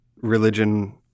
religion